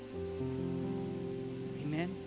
Amen